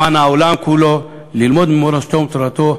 למען העולם כולו, ללמוד ממורשתו ותורתו.